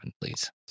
please